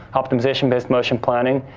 optimization based motion planning.